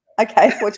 Okay